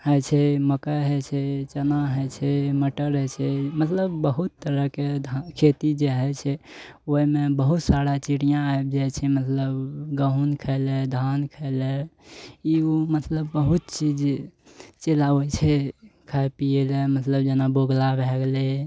होइ छै मकइ होइ छै चना होइ छै मटर होइ छै मतलब बहुत तरहके खेती जे होइ छै ओहिमे बहुत सारा चिड़िआ आबि जाइ छै मतलब गहूॅंम खाइ लए धान खाइ लऽ ई ओ मतलब बहुत चीज चलि आबै छै खाइ पियै लए मतलब जेना बोगला भऽ गेलै